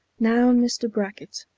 now mr. brackett,